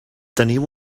teniu